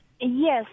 Yes